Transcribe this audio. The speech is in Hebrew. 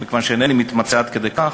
מכיוון שאינני מתמצא עד כדי כך,